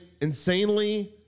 insanely